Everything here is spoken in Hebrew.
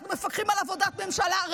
אנחנו מפקחים על עבודת ממשלה.